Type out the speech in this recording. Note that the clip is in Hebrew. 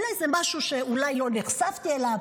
אולי זה משהו שלא נחשפתי אליו,